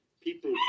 people